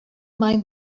mind